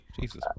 jesus